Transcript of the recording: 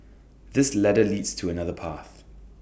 this ladder leads to another path